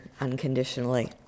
unconditionally